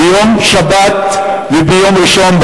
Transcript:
ביום שבת וביום ראשון,